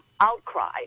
outcry